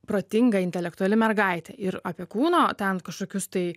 protinga intelektuali mergaitė ir apie kūno ten kažkokius tai